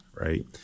right